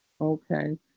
Okay